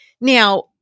Now